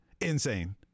insane